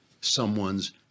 someone's